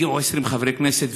הגיעו 20 חברי כנסת,